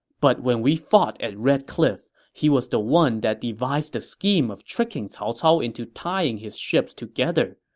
but when we fought at red cliff, he was the one that devised the scheme of tricking cao cao into tying his ships together,